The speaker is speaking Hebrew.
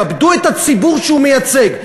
כבדו את הציבור שהוא מייצג.